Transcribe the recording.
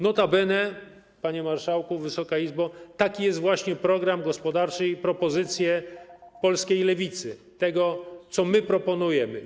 Notabene, panie marszałku, Wysoka Izbo, taki jest właśnie program gospodarczy i propozycje polskiej lewicy, to, co my proponujemy.